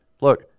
look